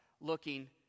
looking